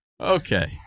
Okay